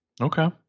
Okay